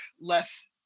less